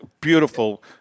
beautiful